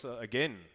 again